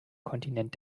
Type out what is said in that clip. kontinent